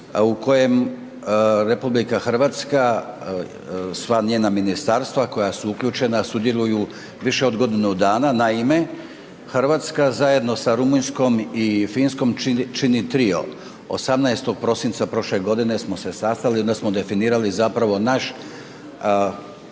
u kojem RH, sva njena ministarstva koja su u uključena, sudjeluju više od godinu dana. Naime, Hrvatska zajedno sa Rumunjskom i Finskom čini trio, 18. prosinca prošle godine smo se sastali, onda smo definirali zapravo naš